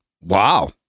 Wow